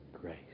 grace